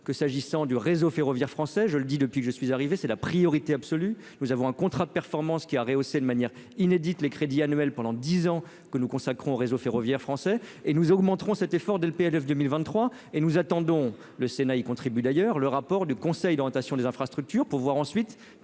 que s'agissant du réseau ferroviaire français, je le dis depuis que je suis arrivé, c'est la priorité absolue, nous avons un contrat de performance qui a rehaussé de manière inédite, les crédits annuels pendant 10 ans que nous consacrons réseau ferroviaire français et nous augmenterons cet effort dès le PLF 2023 et nous attendons le Sénat il contribue d'ailleurs le rapport du conseil d'orientation des infrastructures pour voir ensuite